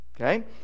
okay